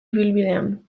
ibilbidean